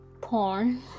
porn